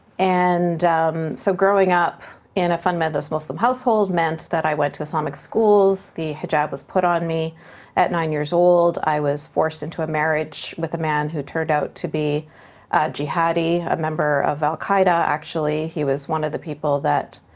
and so growing up in a fundamentalist muslim household meant that i went to islamic schools, the hijab was put on me at nine years old, i was forced into a marriage with a man who turned out to be jihadi, a member of al quaeda. actually, he was one of the people that